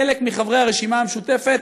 חלק מחברי הרשימה המשותפת,